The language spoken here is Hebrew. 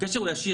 הקשר הוא ישיר.